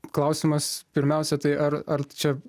klausimas pirmiausia tai ar ar čia